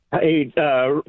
Hey